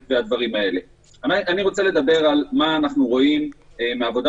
אני רוצה להגיד מה אנחנו רואים בעבודה